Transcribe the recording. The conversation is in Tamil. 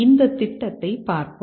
இந்த திட்டத்தைப் பார்ப்போம்